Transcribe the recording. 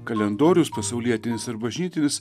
kalendorius pasaulietinis ir bažnytinis